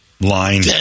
line